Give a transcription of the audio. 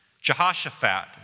Jehoshaphat